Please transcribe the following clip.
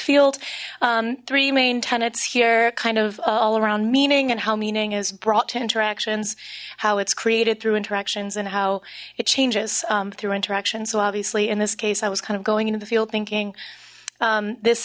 field three main tenets here kind of all around meaning and how meaning is brought to interactions how its created through interactions and how it changes through interaction so obviously in this case i was kind of going into the field thinking this